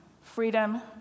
freedom